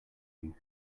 you